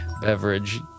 beverage